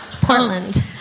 Portland